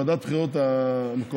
ועדת הבחירות המקומית